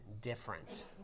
different